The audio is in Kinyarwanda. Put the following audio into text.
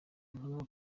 atuma